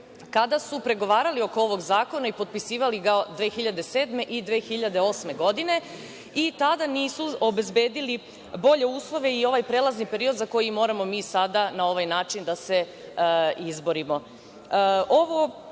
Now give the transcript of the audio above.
kada su pregovarali oko ovog zakona i potpisivali ga 2007. i 2008. godine i tada nisu obezbedili bolje uslove i ovaj prelazni period za koji moramo mi sada na ovaj način da se izborimo. Ovakve